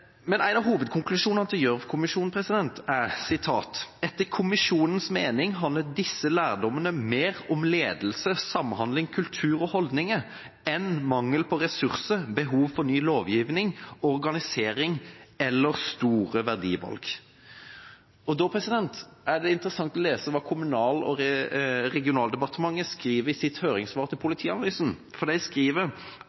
En av hovedkonklusjonene til Gjørv-kommisjonen er: «Etter kommisjonens mening handler disse lærdommene i større grad om ledelse, samhandling, kultur og holdninger – enn mangel på ressurser, behov for ny lovgivning, organisering eller store verdivalg.» Da er det interessant å lese hva Kommunal- og regionaldepartementet skriver i sitt høringssvar til